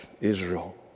Israel